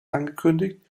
angekündigt